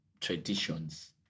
traditions